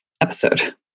episode